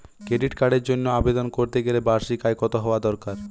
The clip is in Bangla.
ক্রেডিট কার্ডের জন্য আবেদন করতে গেলে বার্ষিক আয় কত হওয়া দরকার?